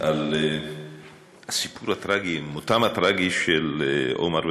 על הסיפור הטרגי, מותם הטרגי של עומר ומחמוד.